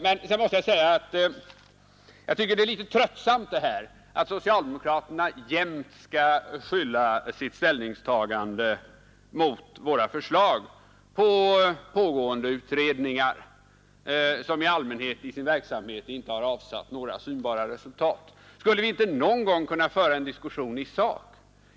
Vidare måste jag säga att jag tycker att det är litet tröttsamt att socialdemokraterna jämt skall skylla sitt ställningstagande mot våra förslag på pågående utredningar, som i allmänhet i sin verksamhet inte har avsatt några synbara resultat. Skulle vi inte någon gång kunna föra en diskussion i sak?